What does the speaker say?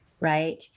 right